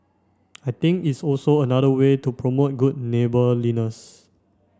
I think it's also another way to promote good neighbourliness